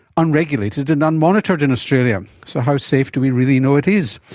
unregulated and unmonitored in australia. so how safe do we really know it is?